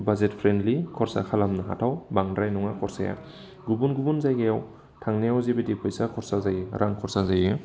budget friendly खरसा खालामनो हाथाव बांद्राय नङा खरसाया गुबुन गुबुन जायगायाव थांनायाव जेबायदि फैसा खरसा जायो रां खरसा जायो